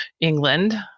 England